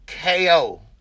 KO